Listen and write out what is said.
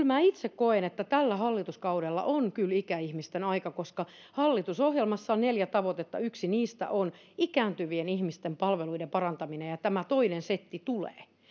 minä itse koen että tällä hallituskaudella on kyllä ikäihmisten aika koska hallitusohjelmassa on neljä tavoitetta yksi niistä on ikääntyvien ihmisten palveluiden parantaminen ja ja tämä toinen setti tulee